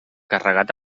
carregat